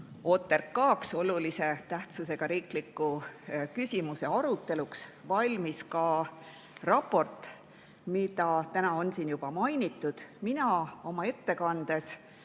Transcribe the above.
OTRK, olulise tähtsusega riikliku küsimuse aruteluks valmis ka raport, mida on siin juba mainitud. Mina oma ettekandes